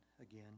again